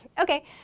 Okay